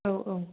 औ औ